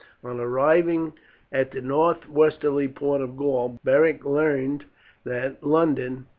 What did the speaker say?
on arriving at the northwesterly port of gaul, beric learned that london,